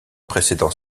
précédant